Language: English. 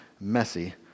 messy